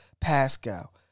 Pascal